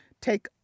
take